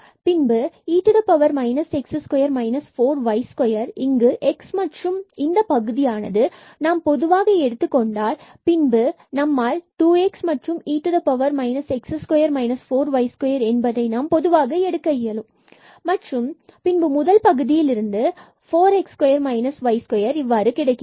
பின்பு e x2 4y2 இங்கு x மற்றும் இந்த பகுதியை பொதுவாக நாம் எடுத்துக் கொண்டால் பின்பு 2x and e x2 4y2என்பதை நாம் பொதுவாக எடுக்க இயலும் மற்றும் பின்பு முதல் பகுதியில் இருந்து 4x2 y2 இவ்வாறு கிடைக்கிறது